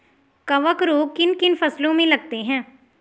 कवक रोग किन किन फसलों में लगते हैं?